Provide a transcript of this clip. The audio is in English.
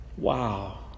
Wow